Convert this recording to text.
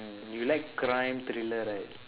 mm you like crime thriller right